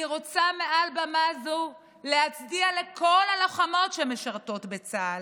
אני רוצה מעל במה זו להצדיע לכל הלוחמות שמשרתות בצה"ל.